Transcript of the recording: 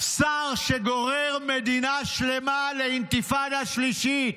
שר שגורר מדינה שלמה לאינתיפאדה שלישית.